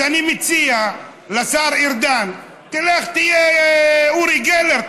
אז אני מציע לשר ארדן: לך תהיה אורי גלר,